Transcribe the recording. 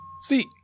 See